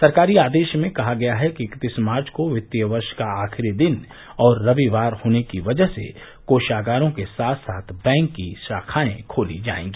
सरकारी आदेश में कहा गया है कि इकतीस मार्च को वित्तीय वर्ष का आखिरी दिन और रविवार होने की वजह से कोषागारों के साथ साथ सभी बैंक शाखायें खोली जायेंगी